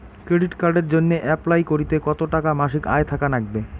Credit কার্ডের জইন্যে apply করিতে কতো টাকা মাসিক আয় থাকা নাগবে?